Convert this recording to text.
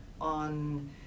on